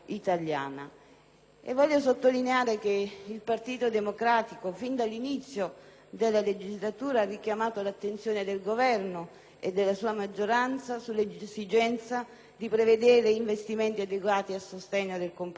italiana. Il Partito Democratico fin dall'inizio della legislatura ha richiamato l'attenzione del Governo e della sua maggioranza sull'esigenza di prevedere investimenti adeguati a sostegno del comparto agricolo,